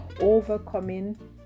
overcoming